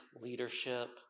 leadership